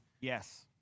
Yes